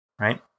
right